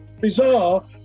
bizarre